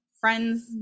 friends